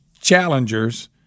Challengers